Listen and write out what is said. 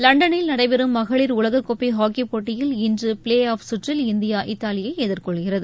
லண்டனில் நடைபெறும் மகளிர் உலகக்கோப்பை ஹாக்கிப் போட்டியில் இன்று பிளே ஆஃப் சுற்றில் இந்தியா இத்தாலியை எதிர்கொள்கிறது